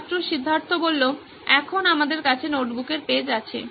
ছাত্র সিদ্ধার্থ এখন আমাদের কাছে নোটবুকের পেজ আছে